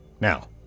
Now